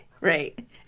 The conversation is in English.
Right